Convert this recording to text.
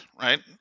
right